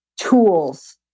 tools